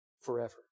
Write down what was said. forever